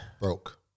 Broke